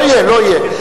לא יהיה, לא יהיה.